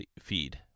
feed